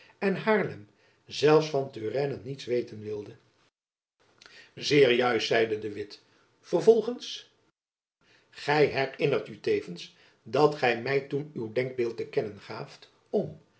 en haarlem zelfs van turenne niets weten wilde zeer juist zeide de witt vervolgends gy herinnert u tevens dat gy my toen uw denkbeeld te kennen gaaft om